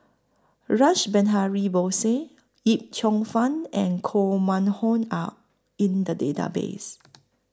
Rash Behari Bose Yip Cheong Fun and Koh Mun Hong Are in The Database